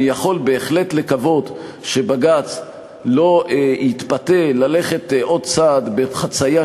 אני יכול בהחלט לקוות שבג"ץ לא יתפתה ללכת עוד צעד בחציית